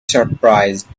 surprised